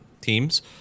teams